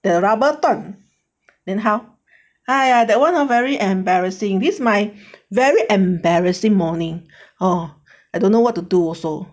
the rubber 断 then how !aiya! that one ah very embarrassing this my very embarrassing morning oh I don't know what to do also